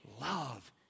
love